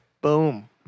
Boom